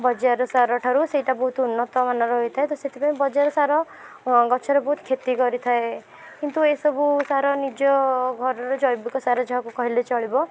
ବଜାରର ସାର ଠାରୁ ସେଇଟା ବହୁତ ଉନ୍ନତମାନର ହୋଇଥାଏ ତ ସେଥିପାଇଁ ବଜାର ସାର ଗଛର ବହୁତ କ୍ଷତି କରିଥାଏ କିନ୍ତୁ ଏଇ ସବୁ ସାର ନିଜ ଘରର ଜୈବିକ ସାର ଯାହାକୁ କହିଲେ ଚଳିବ